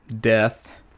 death